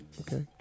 Okay